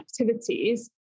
activities